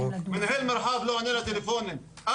אבי כהן לא עונה לטלפונים.